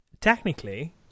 technically